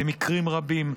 במקרים רבים,